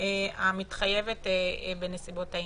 המתחייבת בנסיבות העניין.